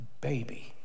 baby